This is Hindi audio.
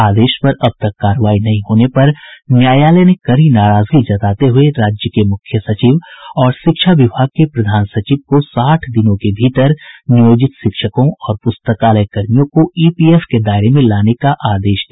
आदेश पर अब तक कार्रवाई नहीं होने पर न्यायालय ने कड़ी नाराजगी जताते हुये राज्य के मुख्य सचिव और शिक्षा विभाग के प्रधान सचिव को साठ दिनों भीतर नियोजित शिक्षकों और प्रस्तकालय कर्मियों को ईपीएफ के दायरे में लाने का आदेश दिया